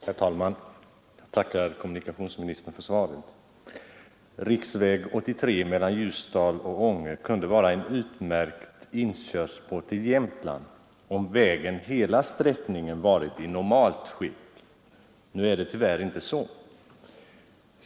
Herr talman! Jag tackar kommunikationsministern för svaret. Riksväg 83 mellan Ljusdal och Ånge kunde vara en utmärkt inkörsport till Jämtland, om hela sträckningen var i normalt skick. Nu är det tyvärr inte så.